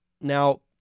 Now